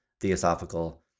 Theosophical